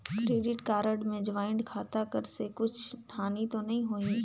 Credit card मे joint खाता कर से कुछ हानि तो नइ होही?